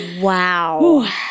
Wow